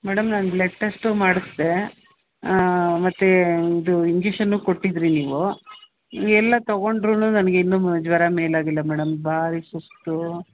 madam ನಾನು blood test ಮಾಡಿಸ್ದೆ ಮತ್ತು ಇದು ಇಂಜಿಶನ್ನು ಕೊಟ್ಟಿದ್ದಿರಿ ನೀವು ಎಲ್ಲ ತಗೊಂಡ್ರು ನನಗಿನ್ನು ಜ್ವರ ಮೇಲಾಗಿಲ್ಲ ಮೇಡಮ್ ಭಾರಿ ಸುಸ್ತು